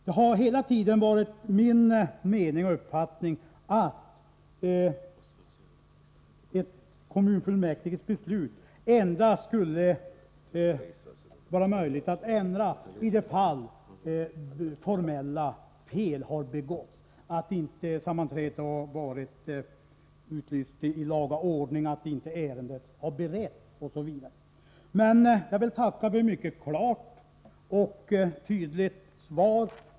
Det har hela tiden varit min uppfattning att det är möjligt att ändra ett kommunfullmäktiges beslut endast i de fall formella fel har begåtts — t.ex. om sammanträdet inte utlysts i laga ordning eller om ärendet inte beretts. Jag vill tacka för ett mycket klart och tydligt svar.